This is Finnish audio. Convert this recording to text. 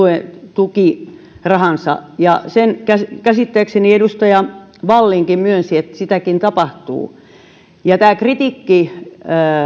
tukirahansa ja sen käsittääkseni edustaja wallinkin myönsi että sitäkin tapahtuu tämä kritiikki